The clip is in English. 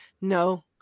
no